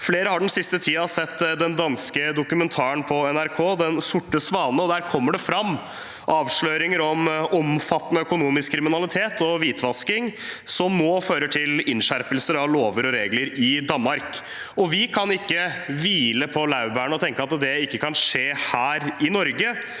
Flere har den siste tiden sett den danske dokumentaren på NRK, Den sorte svane. Der kommer det fram avsløringer om omfattende økonomisk kriminalitet og hvitvasking, og det fører nå til innskjerpelse av lover og regler i Danmark. Vi kan ikke hvile på laurbærene og tenke at det ikke kan skje her i Norge.